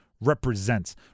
represents